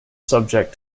subject